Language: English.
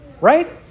Right